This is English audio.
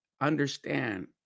Understand